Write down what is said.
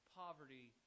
poverty